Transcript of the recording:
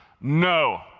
No